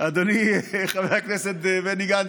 אדוני חבר הכנסת בני גנץ.